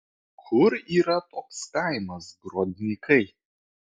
kur yra toks kaimas grodnikai